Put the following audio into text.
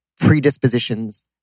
predispositions